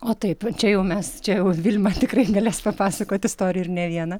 o taip čia jau mes čia jau vilma tikrai galės papasakot istoriją ir ne vieną